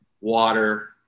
water